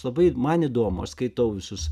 labai man įdomu aš skaitau visus